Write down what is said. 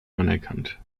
anerkannt